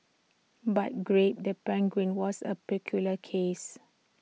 but grape the penguin was A peculiar case